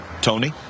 Tony